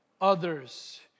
others